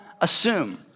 assume